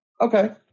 Okay